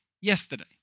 Yesterday